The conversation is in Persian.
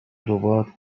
ربات